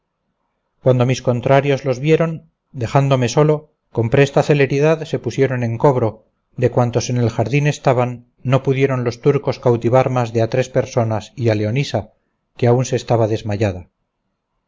cuando mis contrarios los vieron dejándome solo con presta celeridad se pusieron en cobro de cuantos en el jardín estaban no pudieron los turcos cautivar más de a tres personas y a leonisa que aún se estaba desmayada